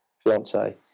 fiance